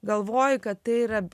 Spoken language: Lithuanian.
galvoji kad tai yra